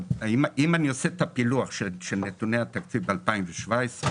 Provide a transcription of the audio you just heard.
עושה את הפילוח של נתוני התקציב ב-2017,